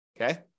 okay